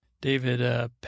David